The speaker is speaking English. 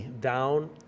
Down